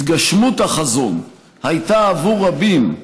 התגשמות החזון הייתה עבור רבים,